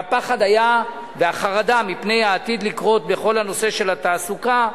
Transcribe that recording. והיה פחד והיתה חרדה מפני העתיד לקרות בכל הנושא של התעסוקה.